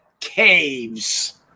caves